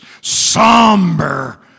somber